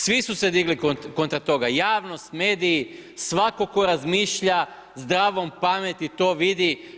Svi su se digli kontra toga javnost, mediji, svako tko razmišlja zdravom pameti to vidi.